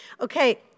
Okay